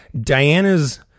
Diana's